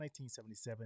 1977